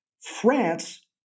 France